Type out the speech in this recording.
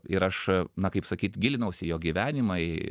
ir aš na kaip sakyt gilinausi į jo gyvenimą į